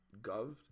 gov